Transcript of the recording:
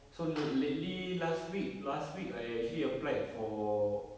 so late~ lately last week last week I actually applied for